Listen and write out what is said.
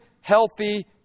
healthy